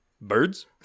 Birds